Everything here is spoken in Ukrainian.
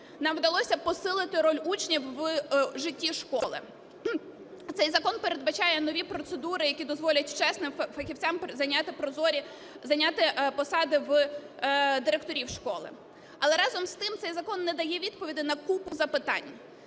нам вдалося посилити роль учнів у житті школи. Цей закон передбачає нові процедури, які дозволять чесним фахівцям зайняти прозорі, зайняти посади директорів школи. Але, разом з тим, цей закон не дає відповідей на купу запитань